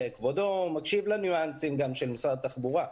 כבודו מקשיב לניואנסים גם של משרד התחבורה.